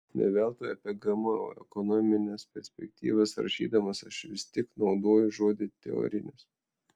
ne veltui apie gmo ekonomines perspektyvas rašydamas aš vis tik naudoju žodį teorinės